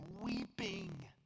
weeping